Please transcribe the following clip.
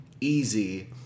easy